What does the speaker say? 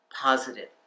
positive